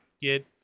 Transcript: get